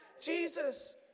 Jesus